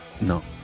No